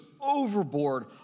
overboard